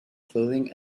clothing